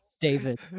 David